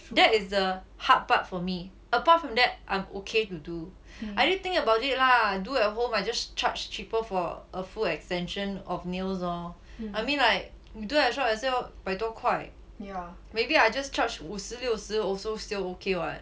that is the hard part for me apart from that I'm okay to do I mean think about it lah do at home I just charge cheaper for a full extension of nails lor I mean like you do at shop also 百多块 maybe I just charge 五十六十 also still okay [what]